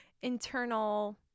internal